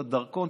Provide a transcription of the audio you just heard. את הדרכון,